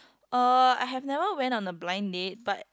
uh I have never went on a blind date but